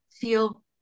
feel